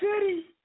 City